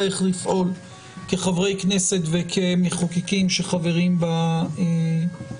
איך לפעול כחברי כנסת וכמחוקקים שחברים בקואליציה.